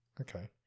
okay